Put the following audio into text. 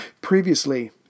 Previously